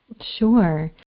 Sure